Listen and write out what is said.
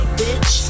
bitch